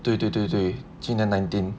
对对对对 nineteen